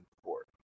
support